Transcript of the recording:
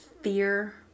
fear